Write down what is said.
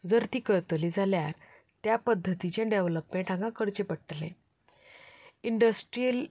जर ती करतली जाल्यार त्या पद्दतीचें डॅवलॉम्पेट हांगा करचें पडटलें इंडस्ट्रियल